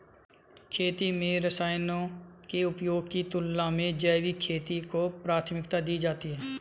खेती में रसायनों के उपयोग की तुलना में जैविक खेती को प्राथमिकता दी जाती है